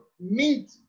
meet